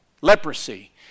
Leprosy